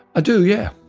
do yeah,